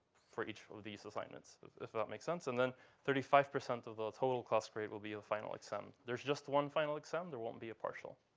for each of these assignments if that makes sense. and then thirty five percent of the total cost grade will be the final exam. there's just one final exam. there won't be a partial.